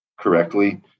correctly